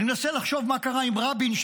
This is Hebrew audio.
אני מנסה לחשוב מה קרה עם רבין,